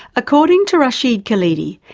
according to rashid khalidi,